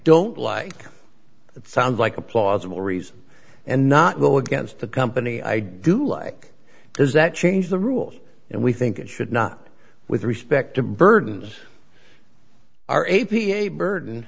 don't like that sound like a plausible reason and not go against the company i do like because that change the rules and we think it should not with respect to burdens our a p a burden